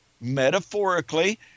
metaphorically